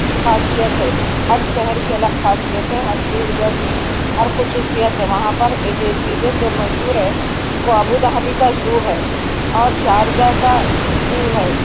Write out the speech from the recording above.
خاصیت ہے ہر شہر کی الگ خاصیت ہے ہر چیز ادھر کی ہر خصوصیت ہے وہاں پر یہ چیزیں جو مشہور ہیں وہ ابوظہبی کا زو ہے اور شارجہ کا زو ہے